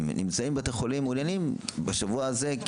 שנמצאים בבתי החולים מעוניינים בשבוע הזה,